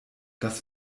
das